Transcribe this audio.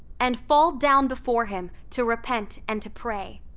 and fall down before him to repent and to pray.